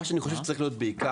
מה שאני חושב שצריך להיות בעיקר,